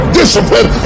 discipline